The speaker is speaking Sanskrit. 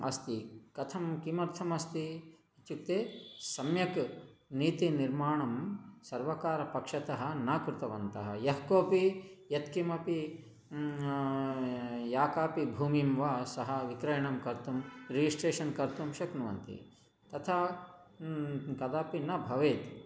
अस्ति कथं किमर्थमस्ति इत्युक्ते सम्यक् नीतिनिर्माणं सर्वकारपक्षतः न कृतवन्तः यः कोपि यत्किमपि याकापि भूमिं वा सः विक्रयणं कर्तुं रिजिस्ट्रेशन् कर्तुं शक्नुवन्ति तथा कदापि न भवेत्